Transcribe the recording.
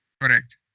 Correct